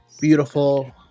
beautiful